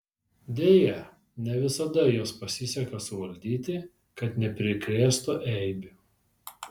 deja ne visada juos pasiseka suvaldyti kad neprikrėstų eibių